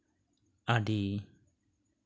ᱟᱹᱰᱤ